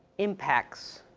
impacts.